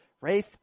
Rafe